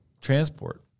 transport